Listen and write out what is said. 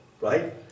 right